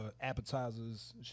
appetizers